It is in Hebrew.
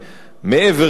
מעבר לזה,